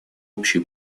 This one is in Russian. общей